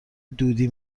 دودی